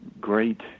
Great